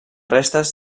restes